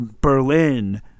Berlin